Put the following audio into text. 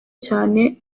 cyane